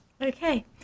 Okay